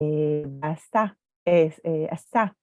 ‫אסא, ‫אסא.